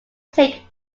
take